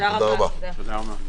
תודה רבה, הישיבה נעולה.